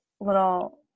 little